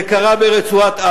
זה קרה ברצועת-עזה.